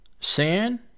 sin